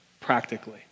practically